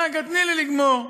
רגע, תני לי לגמור.